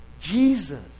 Jesus